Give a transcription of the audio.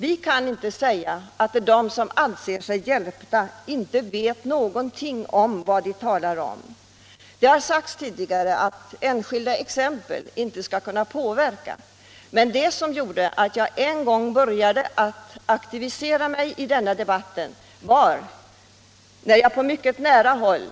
Vi kan inte säga att de som anser sig hjälpta inte vet vad de talar om. Det har sagts tidigare att enskilda exempel inte skall kunna påverka ställningstagandet, men det som gjorde att jag en gång började aktivera mig i den här debatten var en upplevelse på mycket nära håll.